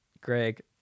Greg